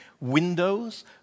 windows